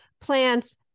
plants